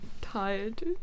tired